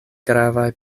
gravaj